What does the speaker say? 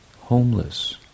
Homeless